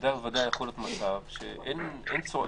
בוודאי ובוודאי יכול להיות מצב שאין צורך,